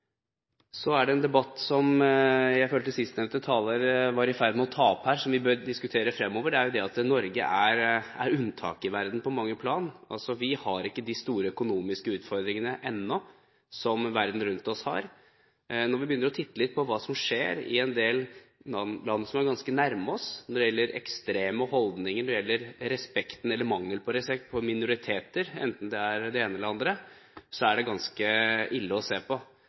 Så er det en debatt som jeg følte sistnevnte taler var i ferd med å ta opp her, som vi bør diskutere fremover, og det er at Norge er unntaket i verden på mange plan. Vi har ikke de store økonomiske utfordringene ennå som verden rundt oss har. Når vi begynner å titte litt på hva som skjer i en del land som er ganske nær oss, når det gjelder ekstreme holdninger eller når det gjelder respekt eller mangel på respekt for minoriteter, enten det er det ene eller det andre, er det ganske ille.